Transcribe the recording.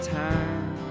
time